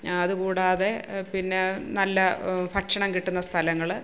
അതുകൂടാതെ പിന്നെ നല്ല ഭക്ഷണം കിട്ടുന്ന സ്ഥലങ്ങള്